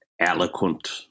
eloquent